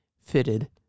fitted